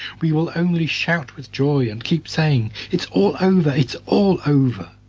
we will only shout with joy, and keep saying, it's all over! it's all over!